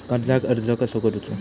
कर्जाक अर्ज कसो करूचो?